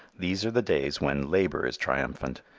these are the days when labor is triumphant,